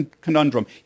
conundrum